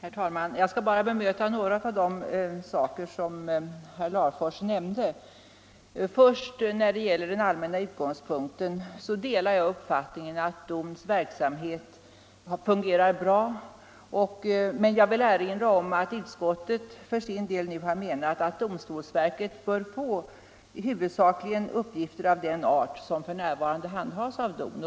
Herr talman! Jag skall bara bemöta några av de saker som herr Larfors nämnde. För det första delar jag uppfattningen att DON:s verksamhet fungerar bra, men jag vill erinra om att utskottet för sin del nu har menat att domstolsverket bör få huvudsakligen uppgifter av den art som f.n. handhas av DON.